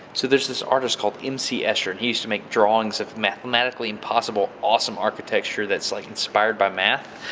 so there's this artist called m c escher and he used to make drawings of mathematically impossible awesome architecture that's like inspired by math.